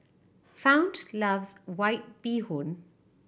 Fount loves White Bee Hoon